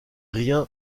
rien